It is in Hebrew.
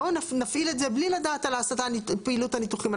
בואו נפעיל את זה בלי לדעת על ההסטה לפעילות הניתוחים,